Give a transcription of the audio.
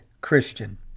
Christian